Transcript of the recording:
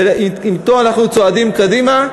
ואתו אנחנו צועדים קדימה.